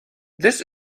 this